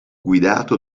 guidato